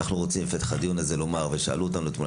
אנחנו רוצים בפתח הדיון הזה לומר ושאלו אותנו אתמול,